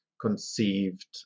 conceived